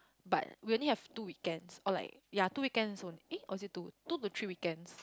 but we only have two weekends or like ya two weekends only eh or is it two two to three weekends